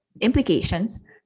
implications